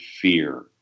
fear